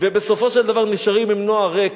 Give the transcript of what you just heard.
ובסופו של דבר נשארים עם נוער ריק.